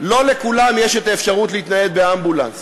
לא לכולם יש אפשרות להתנייד באמבולנס,